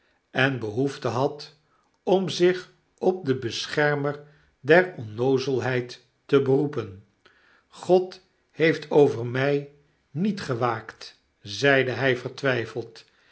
en behoefte had om zich op den beschermer der onnoozelheid te beroepen grod heeft over mij niet gewaakt zeidehij vertwyfelend